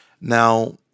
Now